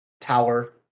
tower